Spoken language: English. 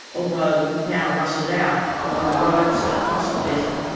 although now rusted out, along the roads that cross the desert.